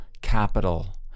capital